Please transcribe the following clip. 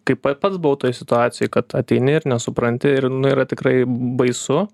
kai pa pats buvau toj situacijoj kad ateini ir nesupranti ir nu yra tikrai baisu